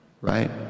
right